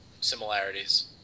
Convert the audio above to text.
similarities